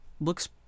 looks